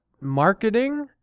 marketing